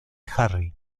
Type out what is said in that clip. harry